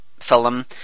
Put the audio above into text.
film